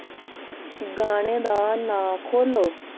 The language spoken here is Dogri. गाने दा नांऽ खोह्ल्लो